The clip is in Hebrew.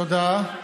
תודה.